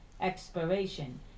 expiration